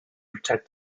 protect